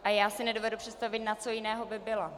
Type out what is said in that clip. A já si nedovedu představit, na co jiného by byla?